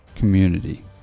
community